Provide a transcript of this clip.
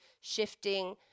shifting